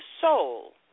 soul